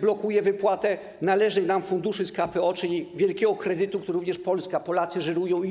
Blokuje wypłatę należnych nam funduszy z KPO, czyli wielkiego kredytu, który również Polska, Polacy żyrują i którego